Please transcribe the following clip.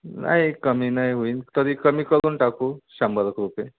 नाही कमी नाही होईल तरी कमी करून टाकू शंभर एक रुपये